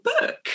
book